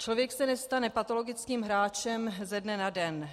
Člověk se nestane patologickým hráčem ze dne na den.